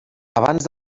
abans